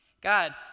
God